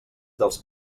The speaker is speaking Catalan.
dels